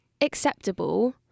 acceptable